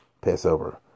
Passover